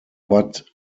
but